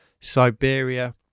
Siberia